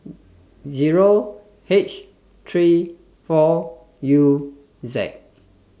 Zero H three four U Z